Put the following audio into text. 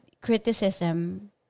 criticism